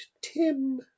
Tim